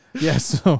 Yes